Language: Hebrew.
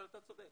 אבל אתה צודק,